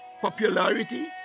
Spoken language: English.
popularity